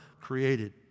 created